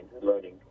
learning